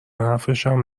حرفشم